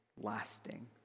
lasting